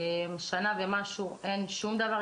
שנה ומשהו אין שום דבר,